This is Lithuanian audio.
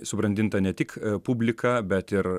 subrandinta ne tik publika bet ir